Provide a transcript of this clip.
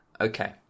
okay